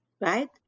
right